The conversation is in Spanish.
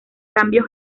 cambio